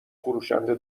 فروشنده